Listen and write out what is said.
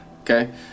Okay